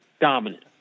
dominant